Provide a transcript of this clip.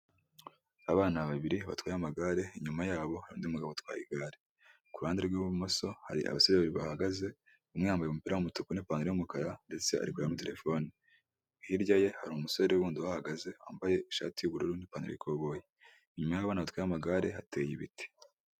Abana babiri batwaye amagare inyuma yabo hari undi mugabo utwaye igare ku ruhande rw'ibumoso hari abasore babiri bahagaze, umwe yambaye umupira w'umutuku n'ipantaro y'umukara ndetse ari kureba muri terefone, hirya ye hari umusore uhahagaze wambaye ishati y'ubururu n'ipantaro y'ikoboyi. Inyuma y'abana batwaye hateye ibiti.